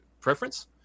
preference